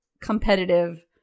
competitive